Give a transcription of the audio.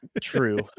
True